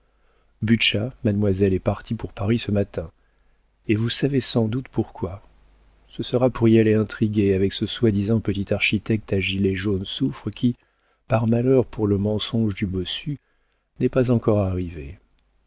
mademoiselle est parti pour paris ce matin et vous savez sans doute pourquoi ce sera pour y aller intriguer avec ce soi-disant petit architecte à gilet jaune soufre qui par malheur pour le mensonge du bossu n'est pas encore arrivé